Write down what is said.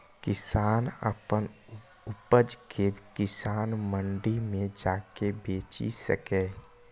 किसान अपन उपज कें किसान मंडी मे जाके बेचि सकैए